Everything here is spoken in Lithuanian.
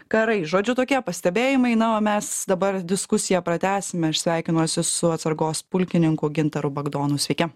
karai žodžiu tokie pastebėjimai na o mes dabar diskusiją pratęsime aš sveikinuosi su atsargos pulkininku gintaru bagdonu sveiki